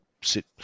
sit